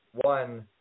one